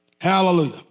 Hallelujah